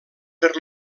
per